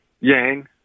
Yang